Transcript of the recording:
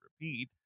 repeat